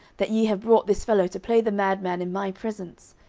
that ye have brought this fellow to play the mad man in my presence?